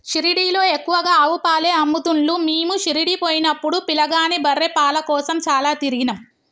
షిరిడీలో ఎక్కువగా ఆవు పాలే అమ్ముతున్లు మీము షిరిడీ పోయినపుడు పిలగాని బర్రె పాల కోసం చాల తిరిగినం